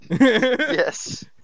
Yes